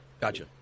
Gotcha